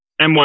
M1